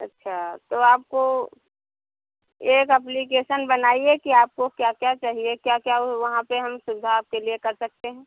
अच्छा तो आपको एक अप्लीकेसन बनाइए कि आपको क्या क्या चहिए क्या क्या वहाँ पर हम सुविधा आपके लिए कर सकते हैं